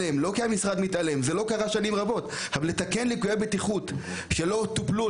אבל לתקן ביומיים ליקויי בטיחות שלא טופלו